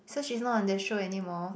so she's not on the show anymore